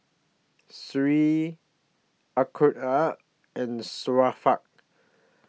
Seri Aqilah and Syafiq